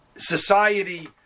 society